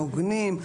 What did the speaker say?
הוגנים,